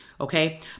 okay